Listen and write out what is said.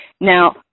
Now